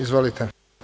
Izvolite.